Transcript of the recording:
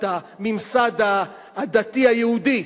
את הממסד הדתי היהודי.